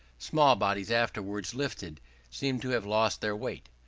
small bodies afterwards lifted seem to have lost their weight.